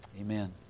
Amen